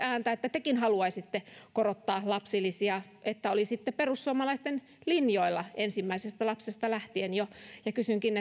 ääntä että tekin haluaisitte korottaa lapsilisiä että olisitte perussuomalaisten linjoilla ensimmäisestä lapsesta lähtien jo kysynkin